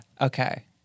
Okay